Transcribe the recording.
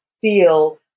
feel